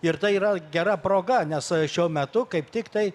ir tai yra gera proga nes šiuo metu kaip tiktai